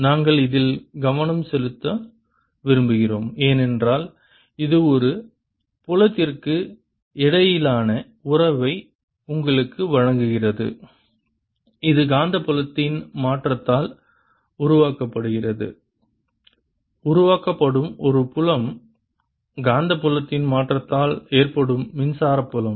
நாங்கள் இதில் கவனம் செலுத்த விரும்புகிறோம் ஏனென்றால் இது ஒரு புலத்திற்கு இடையிலான உறவை உங்களுக்கு வழங்குகிறது இது காந்தப்புலத்தின் மாற்றத்தால் உருவாக்கப்படுகிறது உருவாக்கப்படும் ஒரு புலம் காந்தப்புலத்தின் மாற்றத்தால் ஏற்படும் மின்சார புலம்